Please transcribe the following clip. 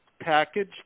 package